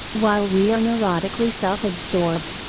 while we are neurotically self absorbed,